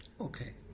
okay